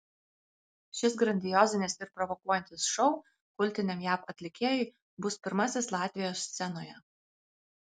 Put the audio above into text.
šis grandiozinis ir provokuojantis šou kultiniam jav atlikėjui bus pirmasis latvijos scenoje